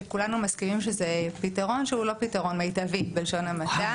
שכולנו מסכימים שזה פתרון שהוא לא פתרון מיטבי בלשון המעטה,